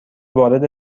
وارد